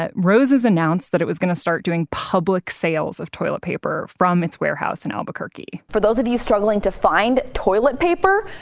ah roses announced it was going to start doing public sales of toilet paper from its warehouse in albuquerque for those of you struggling to find toilet paper,